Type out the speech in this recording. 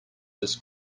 this